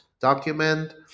document